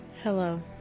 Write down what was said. Hello